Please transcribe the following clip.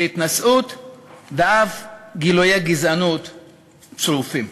להתנשאות ואף לגילויי גזענות צרופים.